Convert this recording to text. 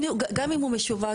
גם אם הוא משווק,